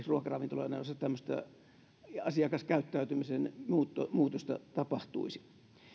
ruokaravintoloiden osalta tämmöistä asiakaskäyttäytymisen muutosta muutosta tapahtuisi myös